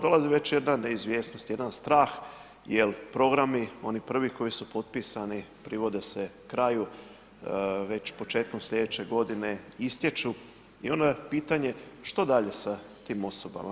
Dolazi već jedna neizvjesnost, jedan strah jer programi, oni prvi koji su potpisani privode se kraju, već početkom sljedeće godine istječu i onda je pitanje, što dalje sa tim osobama?